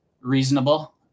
reasonable